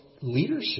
leadership